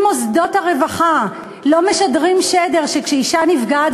אם מוסדות הרווחה לא משדרים שדר שכשאישה נפגעת